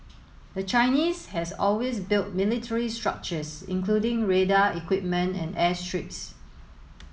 the Chinese has always built military structures including radar equipment and airstrips